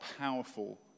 powerful